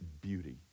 beauty